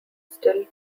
still